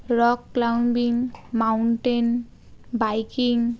rock climbing mountain biking